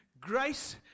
grace